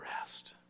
rest